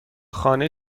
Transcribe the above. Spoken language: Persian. خانه